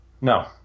No